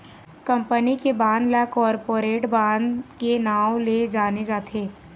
company के bond ल corporate bond के नांव ले जाने जाथे